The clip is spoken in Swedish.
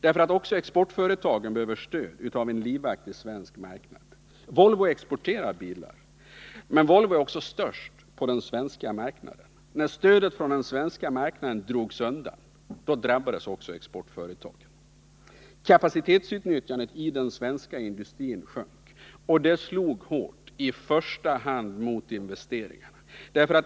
Även exportföretagen behöver stöd av en livaktig svensk marknad. Volvo exporterar bilar, men är också störst på den svenska marknaden. När stödet från den svenska marknaden drogs undan, drabbades även exportföretagen. Kapacitetsutnyttjandet i den svenska industrin sjönk. Det slog hårt, främst mot investeringarna.